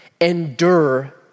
endure